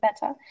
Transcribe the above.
better